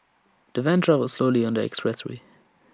the van travelled slowly on the expressway